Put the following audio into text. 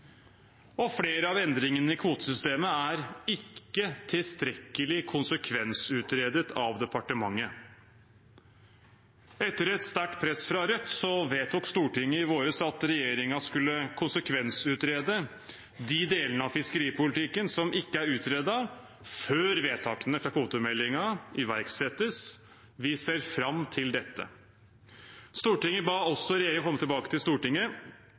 Flere av endringene i kvotesystemet er ikke tilstrekkelig konsekvensutredet av departementet. Etter et sterkt press fra Rødt vedtok Stortinget i vår at regjeringen skulle konsekvensutrede de delene av fiskeripolitikken som ikke er utredet, før vedtakene fra kvotemeldingen iverksettes. Vi ser fram til dette. Stortinget ba også regjeringen komme tilbake til Stortinget